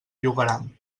llogaran